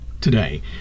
Today